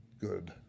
good